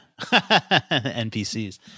NPCs